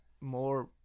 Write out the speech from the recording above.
more